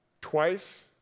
Twice